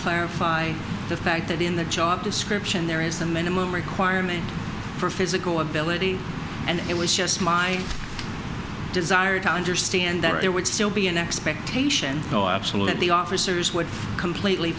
clarify the fact that in the job description there is a minimum requirement for physical ability and it was just my desire to understand that there would still be an expectation no absolute the officers would completely